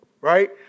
Right